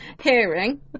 hearing